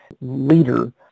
leader